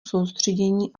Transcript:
soustředění